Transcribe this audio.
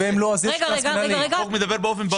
אבל החוק לא מדבר על זה.